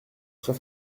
très